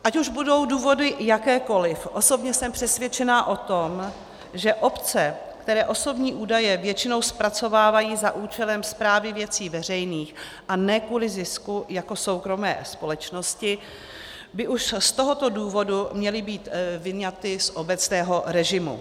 Ať už budou důvody jakékoliv, osobně jsem přesvědčena o tom, že obce, které osobní údaje většinou zpracovávají za účelem správy věcí veřejných a ne kvůli zisku jako soukromé společnosti, by už z tohoto důvodu měly být vyňaty z obecného režimu.